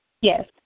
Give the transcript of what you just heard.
Yes